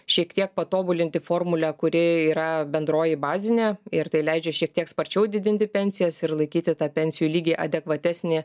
šiek tiek patobulinti formulę kuri yra bendroji bazinė ir tai leidžia šiek tiek sparčiau didinti pensijas ir laikyti tą pensijų lygį adekvatesnį